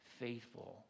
faithful